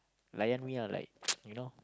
layan me ah like you know